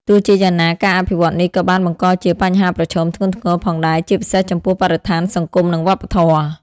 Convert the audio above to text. ទោះជាយ៉ាងណា ការអភិវឌ្ឍនេះក៏បានបង្កជា បញ្ហាប្រឈមធ្ងន់ធ្ងរ ផងដែរ ជាពិសេសចំពោះបរិស្ថាន សង្គម និងវប្បធម៌។